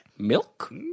Milk